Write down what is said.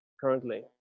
currently